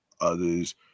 others